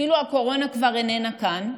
כאילו הקורונה כבר איננה כאן.